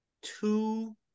two